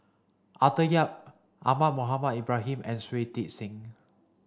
Arthur Yap Ahmad Mohamed Ibrahim and Shui Tit Sing